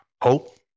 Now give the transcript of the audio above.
Hope